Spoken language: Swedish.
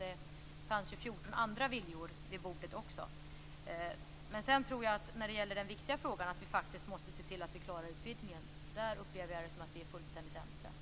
Det fanns 14 andra viljor vid ordet. Den viktiga frågan är att vi måste se till att klara utvidgningen. Där upplever jag att vi är fullständigt ense.